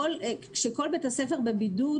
כשכל בית הספר נמצא בבידוד,